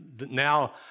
Now